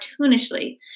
cartoonishly